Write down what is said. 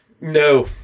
No